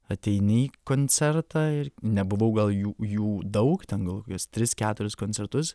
ateini į koncertą ir nebuvau gal jų jų daug ten gal kokias tris keturis koncertus